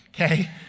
okay